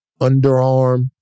underarm